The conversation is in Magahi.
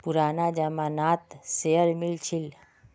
पुराना जमाना त शेयर मिल छील